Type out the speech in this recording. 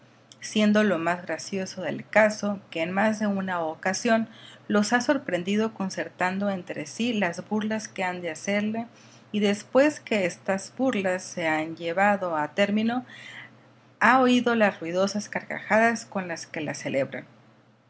siendo lo más gracioso del caso que en más de una ocasión los ha sorprendido concertando entre sí las burlas que han de hacerle y después que estás burlas se han llevado a termino ha oído las ruidosas carcajadas con las que las celebran